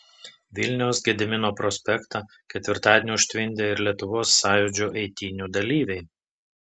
vilniaus gedimino prospektą ketvirtadienį užtvindė ir lietuvos sąjūdžio eitynių dalyviai